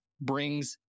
brings